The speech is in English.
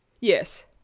Yes